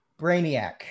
Brainiac